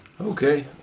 Okay